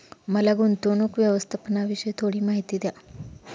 मला गुंतवणूक व्यवस्थापनाविषयी थोडी माहिती द्या